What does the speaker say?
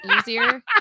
easier